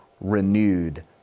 renewed